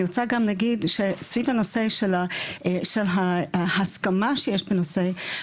אני רוצה גם להגיד שסביב הנושא של ההסכמה שיש בנושא